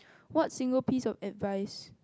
what single piece of advice